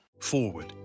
Forward